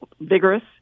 vigorous